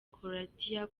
croatia